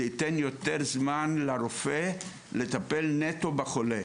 זה ייתן יותר זמן לרופא לטפל נטו בחולה.